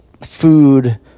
food